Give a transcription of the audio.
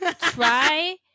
Try